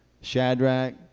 shadrach